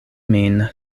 min